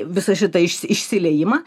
visą šitą iš išsiliejimą